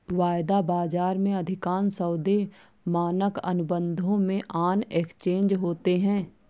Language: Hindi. वायदा बाजार में, अधिकांश सौदे मानक अनुबंधों में ऑन एक्सचेंज होते हैं